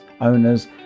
owners